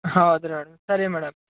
ಹೌದು ರೀ ಮೇಡಮ್ ಸರಿ ಮೇಡಮ್